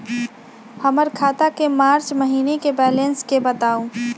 हमर खाता के मार्च महीने के बैलेंस के बताऊ?